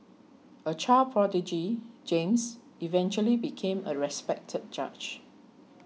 a child prodigy James eventually became a respected judge